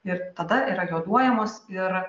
ir tada yra joduojamos ir